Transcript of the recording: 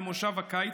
במושב הקיץ,